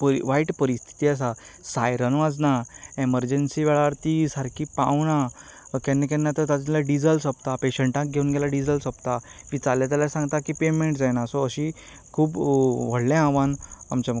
वायट परिस्थिती आसा सायरन वाजना एमरजंसी वेळार ती सारकी पावना केन्ना केन्ना तसले डिजल सोंपता पेशंटाक घेवून गेल्यार डिजल सोंपता इचारल्यार जाल्यार सांगता की पेमेंट जायना सो अशी खूब व्हडलें आव्हान आमचें मुखार